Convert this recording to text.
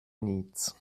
needs